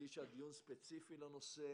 הקדישה דיון ספציפי לנושא,